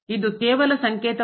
ಇದು ಕೇವಲ ಸಂಕೇತವಾಗಿದೆ